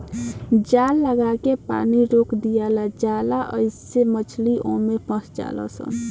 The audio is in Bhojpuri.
जाल लागा के पानी रोक दियाला जाला आइसे मछली ओमे फस जाली सन